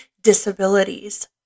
disabilities